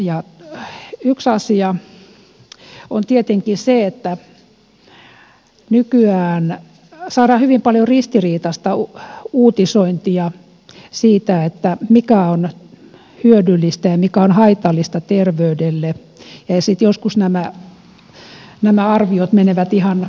yksi asia on tietenkin se että nykyään on hyvin paljon ristiriitaista uutisointia siitä mikä on hyödyllistä ja mikä on haitallista terveydelle ja sitten joskus nämä arviot heittävät häränpyllyä